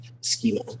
schema